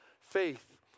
faith